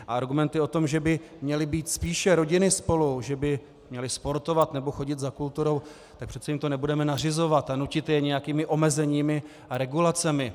A argumenty o tom, že by měly být spíše rodiny spolu, že by měly sportovat nebo chodit za kulturou, přeci jim to nebudeme nařizovat a nutit je nějakými omezeními a regulacemi.